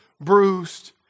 bruised